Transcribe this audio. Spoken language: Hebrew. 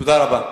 תודה רבה.